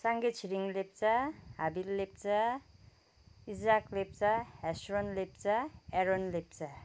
Sange Tshering Lepcha Habil Lepcha Izhak Lepcha Hesron Lepcha Aaron Lepcha